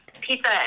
pizza